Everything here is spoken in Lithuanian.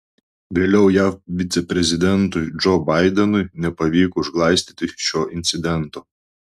vėliau jav viceprezidentui džo baidenui nepavyko užglaistyti šio incidento